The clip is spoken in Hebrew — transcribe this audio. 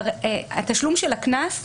התשלום של הקנס,